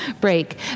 break